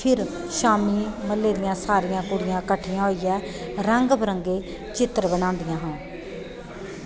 फि्र शामीं म्हल्लै दियां सारियां कुड़ियां किट्ठे होइयै रंग बिरंगे चित्तर बनांदियां हियां